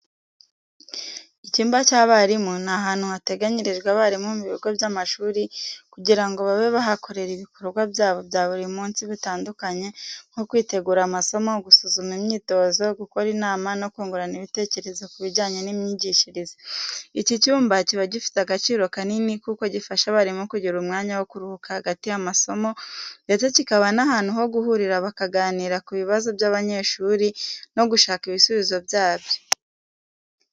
Icyumba cy’abarimu ni ahantu hateganyirijwe abarimu mu bigo by’amashuri kugira ngo babe bahakorere ibikorwa byabo bya buri munsi bitandukanye nko kwitegura amasomo, gusuzuma imyitozo, gukora inama no kungurana ibitekerezo ku bijyanye n’imyigishirize. Iki cyumba kiba gifite agaciro kanini kuko gifasha abarimu kugira umwanya wo kuruhuka hagati y’amasomo, ndetse kikaba n’ahantu ho guhurira bakaganira ku bibazo by’abanyeshuri no gushaka ibisubizo byabyo.